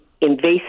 invasive